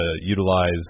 utilize